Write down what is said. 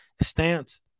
stance